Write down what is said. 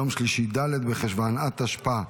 יום שלישי ד' בחשוון התשפ"ה,